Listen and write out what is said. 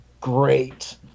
great